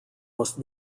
must